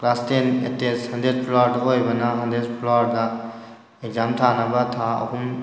class ten test hundred ꯐ꯭ꯂꯋꯥꯔꯗ ꯑꯣꯏꯕꯅ hundred ꯐ꯭ꯂꯋꯥꯔꯗ ꯑꯦꯛꯖꯥꯝ ꯊꯥꯅꯕ ꯊꯥ ꯑꯍꯨꯝ